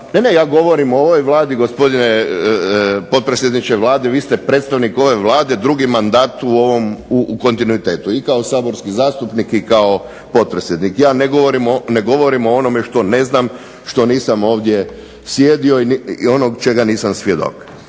Ne, ne, ja govorim o ovoj Vladi gospodine potpredsjedniče Vlade, vi ste predstavnik ove Vlade, drugi mandat u kontinuitetu. I kao saborski zastupnik i kao potpredsjednik. Ja ne govorim o onome što ne znam, što nisam ovdje sjedio i ono čega nisam svjedok.